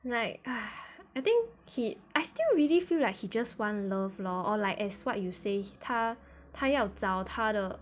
like I think ki~ I still really feel like he just want love lor or like as what you say 他他要找他的